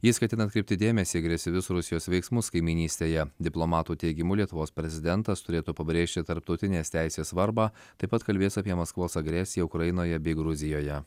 jis ketina atkreipti dėmesį į agresyvius rusijos veiksmus kaimynystėje diplomatų teigimu lietuvos prezidentas turėtų pabrėžti tarptautinės teisės svarbą taip pat kalbės apie maskvos agresiją ukrainoje bei gruzijoje